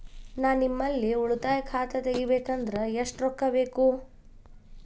ನಾ ನಿಮ್ಮಲ್ಲಿ ಉಳಿತಾಯ ಖಾತೆ ತೆಗಿಬೇಕಂದ್ರ ಎಷ್ಟು ರೊಕ್ಕ ಬೇಕು?